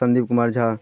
Sandeep Kumar Jha